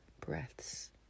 breaths